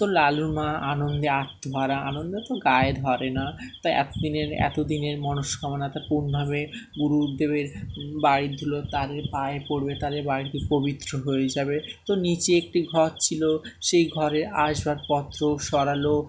তো লালু মা আনন্দে আত্মহরা আনন্দে তো গায়ে ধরে না তো এত দিনের এত দিনের মনস্কামনাটা পূণভাবে গুরুদেবের বাড়ি ধুলো তাদের পায়ে পড়বে তাদের বাড়িটি পবিত্র হয়ে যাবে তো নিচে একটি ঘর ছিল সেই ঘরের আসবাবপত্র সরালো